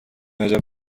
عجب